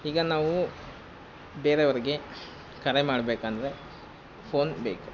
ಈಗ ನಾವು ಬೇರೆಯವ್ರಿಗೆ ಕರೆ ಮಾಡಬೇಕಂದ್ರೆ ಫೋನ್ ಬೇಕು